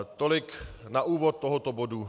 Tolik na úvod tohoto bodu.